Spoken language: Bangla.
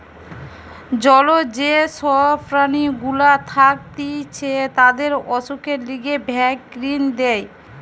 জলজ যে সব প্রাণী গুলা থাকতিছে তাদের অসুখের লিগে ভ্যাক্সিন দেয়